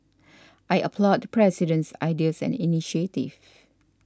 I applaud the President's ideas and initiatives